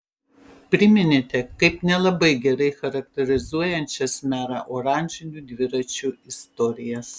priminėte kaip nelabai gerai charakterizuojančias merą oranžinių dviračių istorijas